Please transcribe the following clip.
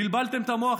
בלבלתם את המוח,